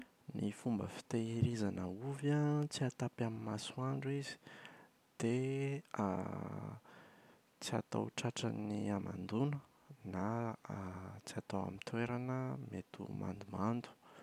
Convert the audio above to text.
Ny fomba fitehirizana ovy an, tsy hatapy amin’ny masoandro izy dia tsy atao tratran’ny hamandona na tsy atao amin’ny toerana mety ho mandomando.